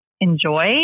enjoy